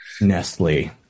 Nestle